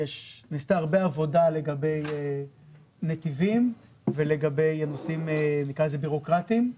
נעשתה הרבה עבודה לגבי נתיבים ולגבי נושאים ביורוקרטיים,